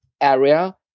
area